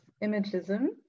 imagism